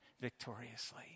victoriously